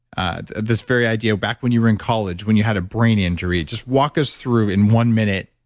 and this very idea, back when you were in college, when you had a brain injury. just walk us through, in one minute,